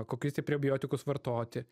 kokius tai prebiotikus vartoti